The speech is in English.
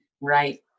Right